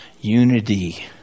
unity